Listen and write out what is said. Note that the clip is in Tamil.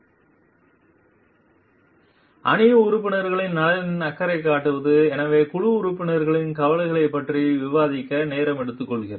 ஸ்லைடு நேரம் 2215 பார்க்கவும் அணி உறுப்பினர்களின் நலனில் அக்கறை காட்டுவது எனவே குழு உறுப்பினர்களின் கவலைகளைப் பற்றி விவாதிக்க நேரம் எடுத்துக்கொள்கிறது